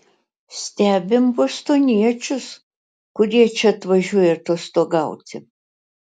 stebim bostoniečius kurie čia atvažiuoja atostogauti